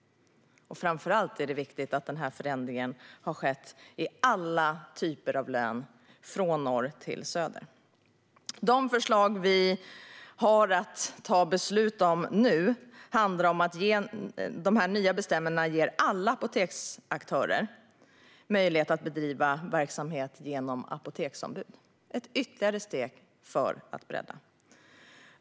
Framför allt är det viktigt att förändringen har skett i alla typer av län, från norr till söder. De förslag vi har att fatta beslut om nu handlar om att de nya bestämmelserna ger alla apoteksaktörer möjlighet att bedriva verksamhet genom apoteksombud. Det är ett ytterligare steg för att bredda utbudet.